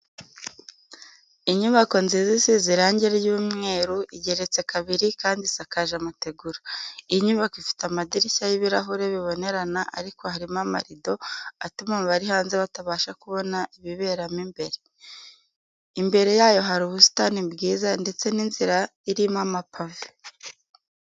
Inyubako nziza isize irange ry'umweru, igeretse kabiri kandi isakaje amategura. Iyi nyubako ifite amadirishya y'ibirahure bibonerana ariko harimo amarido atuma abari hanze batabasha kubona ibibera mo imbere. Imbere yayo hari ubusitani bwiza ndetse n'inzira irimo amapave.